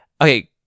okay